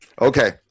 Okay